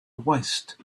waist